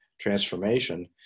transformation